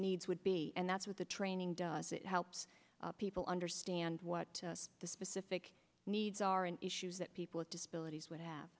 needs would be and that's what the training does it helps people understand what the specific needs are and issues that people with disabilities would have